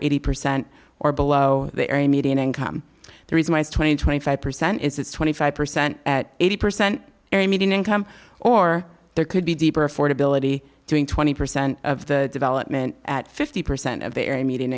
eighty percent or below the area median income the reason why is twenty twenty five percent is it's twenty five percent at eighty percent median income or there could be deeper affordability doing twenty percent of the development at fifty percent of their a media